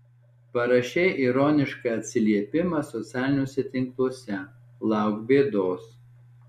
parašei ironišką atsiliepimą socialiniuose tinkluose lauk bėdos